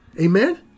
Amen